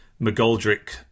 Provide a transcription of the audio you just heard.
McGoldrick